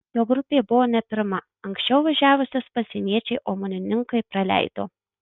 jo grupė buvo ne pirma anksčiau važiavusias pasieniečiai omonininkai praleido